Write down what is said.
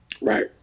Right